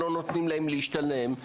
לא נותנים להם להשתלם.